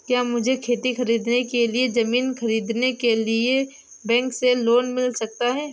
क्या मुझे खेती के लिए ज़मीन खरीदने के लिए बैंक से लोन मिल सकता है?